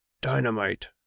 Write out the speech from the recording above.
dynamite